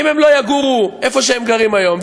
אם הם לא יגורו איפה שהם גרים היום,